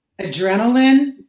adrenaline